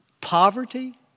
Poverty